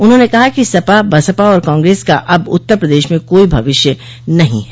उन्होंने कहा कि सपा बसपा और कांग्रेस का अब उत्तर प्रदेश में कोई भविष्य नहीं है